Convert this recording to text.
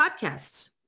podcasts